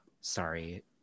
Sorry